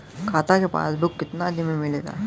खाता के पासबुक कितना दिन में मिलेला?